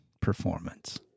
performance